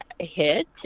hit